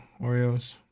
Oreos